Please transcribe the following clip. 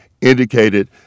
indicated